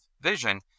vision